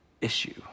issue